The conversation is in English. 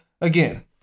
again